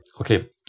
okay